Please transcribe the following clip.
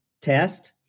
test